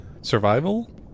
survival